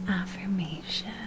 affirmation